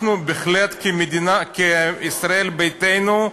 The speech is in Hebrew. בהחלט, כישראל ביתנו,